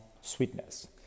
sweetness